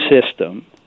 system